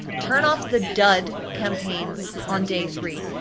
turn off the dud campaigns on day three.